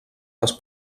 les